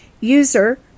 user